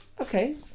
okay